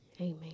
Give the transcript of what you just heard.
Amen